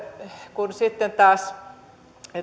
kun sitten taas